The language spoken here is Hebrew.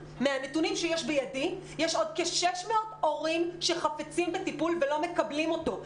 מהנתונים שיש בידי יש עוד כ-600 הורים שחפצים בטיפול ולא מקבלים אותו.